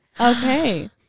okay